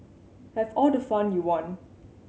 have all the fun you want